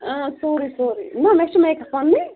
آ سورُے سورُے نہَ مےٚ چھِ میک اَپ پَنٕنُے